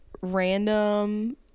random